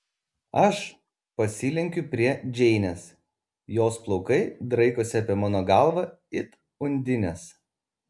aš pasilenkiu prie džeinės jos plaukai draikosi apie mano galvą it undinės